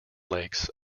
lakes